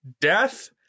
Death